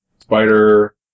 spider